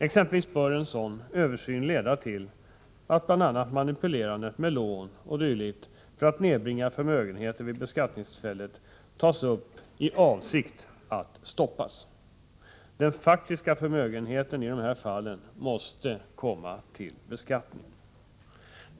Exempelvis bör en sådan översyn leda till att bl.a. manipulerandet med lån o. d. för att nedbringa förmögenheten vid beskattningstillfället tas upp i avsikt att stoppas. Den faktiska förmögenhe ten i dessa fall måste komma till beskattning.